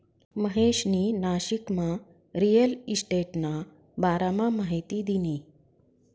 महेशनी नाशिकमा रिअल इशटेटना बारामा माहिती दिनी